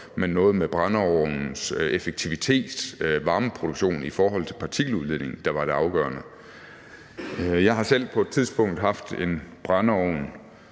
men noget med brændeovnens effektivitet, at det var varmeproduktionen i forhold til partikeludledningen, der var det afgørende. Jeg har selv på et tidspunkt haft en brændeovn,